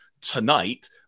tonight